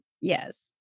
Yes